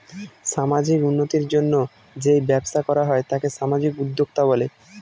সামাজিক উন্নতির জন্য যেই ব্যবসা করা হয় তাকে সামাজিক উদ্যোক্তা বলে